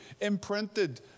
imprinted